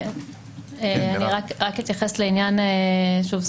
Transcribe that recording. אני רק אתייחס לעניין ושוב,